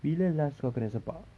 bila last kau kena sepak